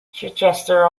chichester